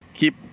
Keep